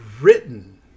written